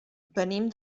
venim